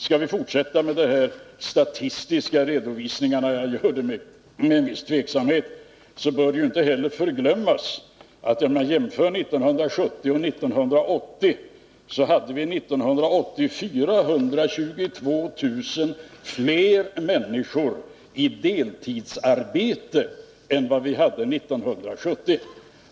Skall jag fortsätta med de här statistiska redovisningarna — jag gör det med en viss tveksamhet — bör det inte heller förglömmas att vi 1980 hade 422 000 fler människor i deltidsarbete än vi hade 1970.